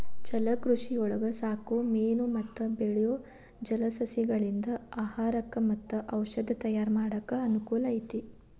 ಜಲಕೃಷಿಯೊಳಗ ಸಾಕೋ ಮೇನು ಮತ್ತ ಬೆಳಿಯೋ ಜಲಸಸಿಗಳಿಂದ ಆಹಾರಕ್ಕ್ ಮತ್ತ ಔಷದ ತಯಾರ್ ಮಾಡಾಕ ಅನಕೂಲ ಐತಿ